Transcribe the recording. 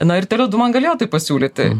na ir tele du man galėjo tai pasiūlyti